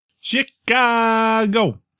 Chicago